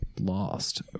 Lost